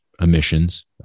emissions